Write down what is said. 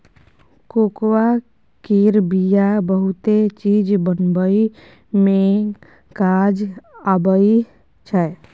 cocoa केर बिया बहुते चीज बनाबइ मे काज आबइ छै